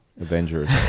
Avengers